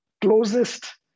closest